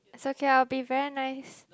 it's okay I'll be very nice